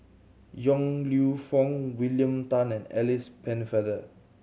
Yong Lew Foong William Tan and Alice Pennefather